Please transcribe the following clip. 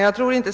Herr talman!